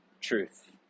truth